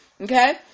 Okay